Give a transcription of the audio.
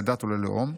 לדת או ללאום,